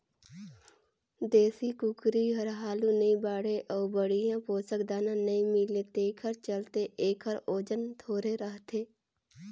देसी कुकरी हर हालु नइ बाढ़े अउ बड़िहा पोसक दाना नइ मिले तेखर चलते एखर ओजन थोरहें रहथे